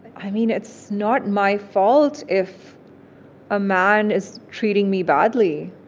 i mean, it's not my fault if a man is treating me badly.